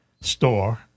store